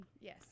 yes